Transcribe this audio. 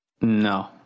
No